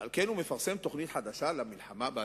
ועל כן הוא מפרסם תוכנית חדשה למלחמה באלימות.